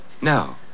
No